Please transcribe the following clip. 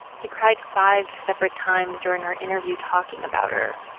he cried five separate times during our interview talking about her.